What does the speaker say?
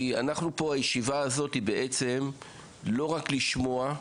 הישיבה הזאת היא בעצם לא רק לשמוע,